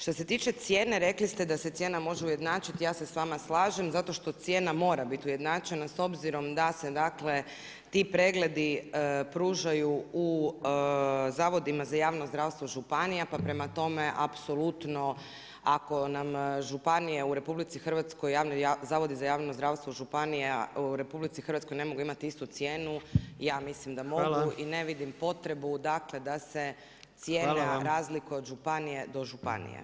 Što se tiče cijene, rekli ste da se cijena može ujednačiti, ja se s vama slažem zato što cijena mora biti ujednačena s obzirom da se ti pregledi pružaju u zavodima za javno zdravstvo županija pa prema tome apsolutno ako nam županije u RH Zavodi za javno zdravstvo županija u RH ne mogu imati istu cijenu, ja mislim da mogu [[Upadica Predsjednik: Hvala.]] i ne vidim potrebu da se cijena razlikuje od županije do županije.